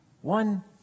one